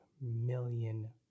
million